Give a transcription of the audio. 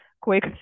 quick